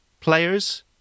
players